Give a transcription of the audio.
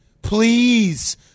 Please